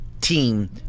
team